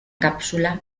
cápsula